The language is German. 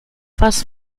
was